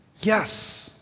Yes